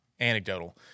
anecdotal-